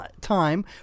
time